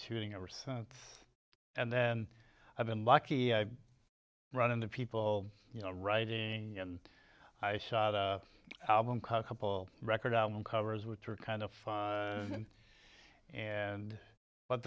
shooting ever since and then i've been lucky i run into people you know writing and i shot a album couple record album covers which are kind of fun and and but